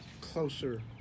closer